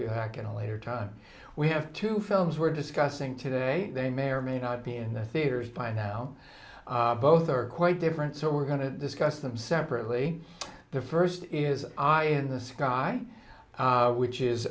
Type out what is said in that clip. be back at a later time we have two films we're discussing today they may or may not be in the theaters by now both are quite different so we're going to discuss them separately the first is i in the sky which is